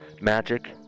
magic